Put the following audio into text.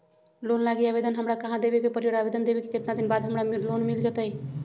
Loan लागी आवेदन हमरा कहां देवे के पड़ी और आवेदन देवे के केतना दिन बाद हमरा लोन मिल जतई?